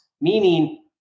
Meaning